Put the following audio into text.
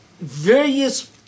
various